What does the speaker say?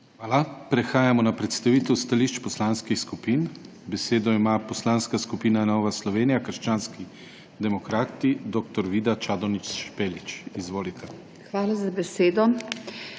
Hvala. Prehajamo na predstavitev stališč poslanskih skupin. Besedo ima Poslanska skupina Nova Slovenija – krščanski demokrati, dr. Vida Čadonič Špelič. Izvolite. DR.